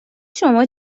شما